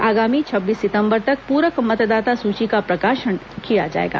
आगामी छब्बीस सितम्बर तक प्रक मतदाता सूची का प्रकाशन किया जाएगा